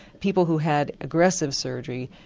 people who had aggressive surgery,